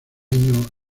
año